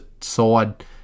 side